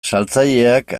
saltzaileak